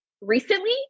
recently